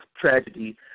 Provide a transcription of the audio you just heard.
tragedy